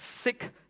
sick